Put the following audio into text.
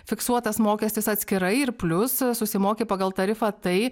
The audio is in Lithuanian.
fiksuotas mokestis atskirai ir plius susimoki pagal tarifą tai